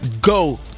go